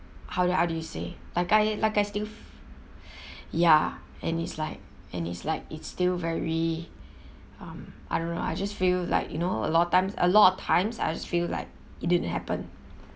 how do you how do you say like I like I still ya and it's like and it's like it's still very um I don't know I just feel like you know a lot of times a lot of times I just feel like it didn't happen